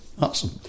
Awesome